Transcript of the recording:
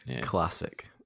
Classic